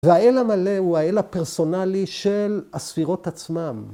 ‫והאל המלא הוא האל הפרסונלי ‫של הספירות עצמם.